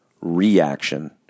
reaction